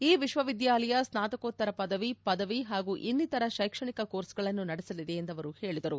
ಈ ವಿಶ್ವವಿದ್ಯಾಲಯ ಸ್ವಾತಕೋತ್ತರ ಪದವಿ ಪದವಿ ಹಾಗೂ ಇನ್ನಿತರ ಶೈಕ್ಷಣಿಕ ಕೋರ್ಸ್ಗಳನ್ನು ನಡೆಸಲಿದೆ ಎಂದು ಅವರು ಹೇಳಿದರು